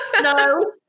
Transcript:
no